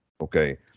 Okay